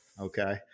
Okay